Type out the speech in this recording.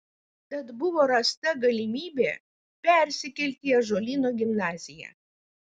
tad buvo rasta galimybė persikelti į ąžuolyno gimnaziją